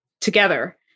together